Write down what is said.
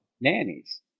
nannies